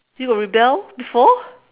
you got rebel before